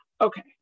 okay